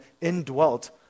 indwelt